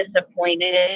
disappointed